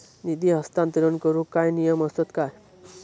निधी हस्तांतरण करूक काय नियम असतत काय?